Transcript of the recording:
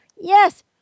yes